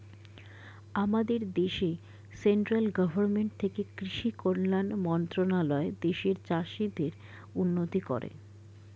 আমাদের দেশে central government থেকে কৃষি কল্যাণ মন্ত্রণালয় দেশের চাষীদের উন্নতি করে